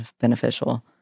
beneficial